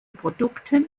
produkten